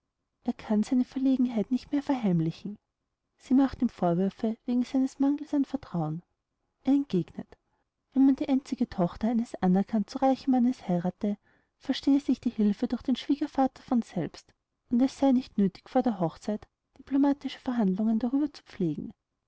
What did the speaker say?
er kann seine verlegenheiten nicht mehr verheimlichen sie macht ihm vorwürfe wegen seines mangels an vertrauen er entgegnet wenn man die einzige tochter eines anerkannt so reichen mannes heirathe verstehe sich die hilfe durch den schwiegervater von selbst und es sei nicht nöthig vor der hochzeit diplomatische verhandlungen darüber zu pflegen